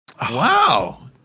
Wow